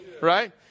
Right